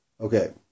Okay